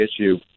issue